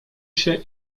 się